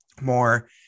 more